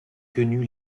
quenu